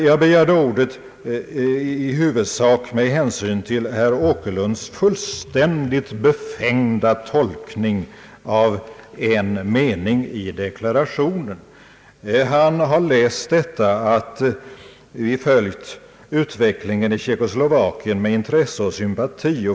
Jag begärde dock ordet främst med anledning av herr Åkerlunds fullständigt befängda tolkning av en mening i deklarationen. Han har läst att vi följt utvecklingen i Tjeckoslovakien med intresse och sympati.